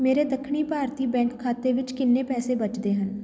ਮੇਰੇ ਦੱਖਣੀ ਭਾਰਤੀ ਬੈਂਕ ਖਾਤੇ ਵਿੱਚ ਕਿੰਨੇ ਪੈਸੇ ਬਚਦੇ ਹਨ